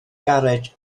garej